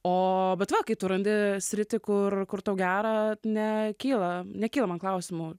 o bet va kai tu randi sritį kur kur tau gera ne kyla nekyla man klausimų